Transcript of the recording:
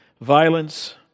violence